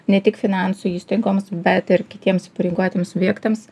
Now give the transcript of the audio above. ne tik finansų įstaigoms bet ir kitiems įpareigotiems subjektams